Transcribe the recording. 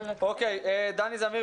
אבל --- דני זמיר,